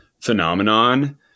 phenomenon